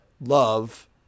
love